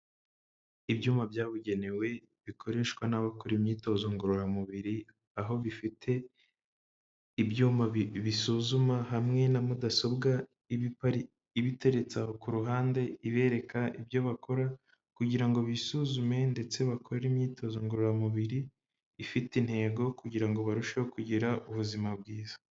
Ibyuma byabugenewe bikoreshwa n'abakora imyitozo ngororamubiri, aho bifite ibyuma bisuzuma, hamwe na mudasobwa iba iteretse aho ku ruhande ibereka ibyo bakora, kugira ngo bisuzume ndetse bakore imyitozo ngororamubiri ifite intego kugira ngo barusheho kugira ubuzima bwiza.